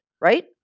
right